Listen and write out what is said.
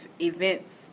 events